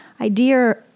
idea